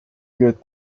good